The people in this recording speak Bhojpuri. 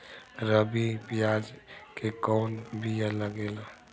रबी में प्याज के कौन बीया लागेला?